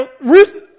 Ruth